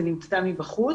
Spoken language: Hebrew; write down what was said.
זה נעשה מבחוץ.